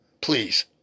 Please